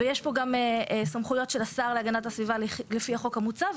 ויש פה גם סמכויות של השר להגנת הסביבה לפי החוק המוצע.